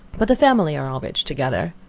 but the family are all rich together.